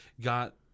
got